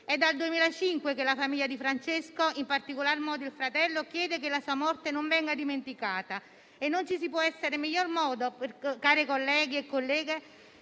È dal 2005 che la famiglia di Francesco, in particolar modo il fratello, chiede che la sua morte non venga dimenticata e per far ciò non ci può essere miglior modo, colleghi e colleghe,